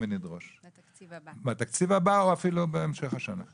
ונדרוש בתקציב הבא או אפילו בהמשך השנה,